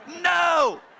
no